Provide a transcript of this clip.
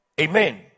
Amen